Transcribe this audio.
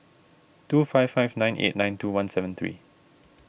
two five five nine eight nine two one seven three